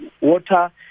water